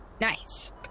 Nice